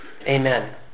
Amen